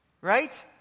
Right